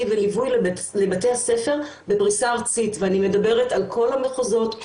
וליווי לבתי הספר בפריסה ארצית ואני מדבר על כל המחוזות,